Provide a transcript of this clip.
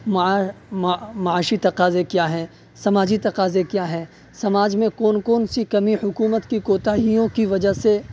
معاشی تقاضے کیا ہیں سماجی تقاضے کیا ہیں سماج میں کون کون سی کمی حکومت کی کوتاہیوں کی وجہ سے